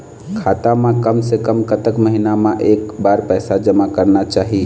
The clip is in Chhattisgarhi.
खाता मा कम से कम कतक महीना मा एक बार पैसा जमा करना चाही?